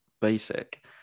basic